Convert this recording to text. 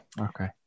Okay